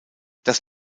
das